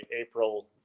April